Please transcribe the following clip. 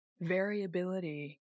variability